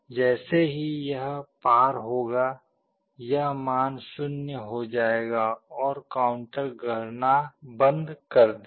जैसे ही यह पार होगा यह मान 0 हो जाएगा और काउंटर गणना बंद कर देगा